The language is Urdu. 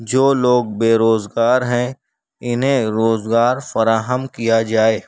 جو لوگ بے روزگار ہیں انہیں روزگار فراہم کیا جائے